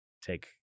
take